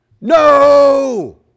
no